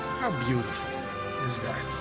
how beautiful is that?